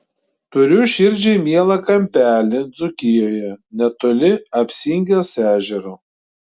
turiu širdžiai mielą kampelį dzūkijoje netoli apsingės ežero